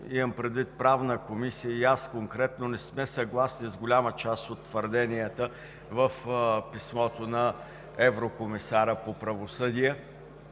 производство. Правната комисия, и аз конкретно, не сме съгласни с голяма част от твърденията в писмото на еврокомисаря по правосъдието,